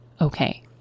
okay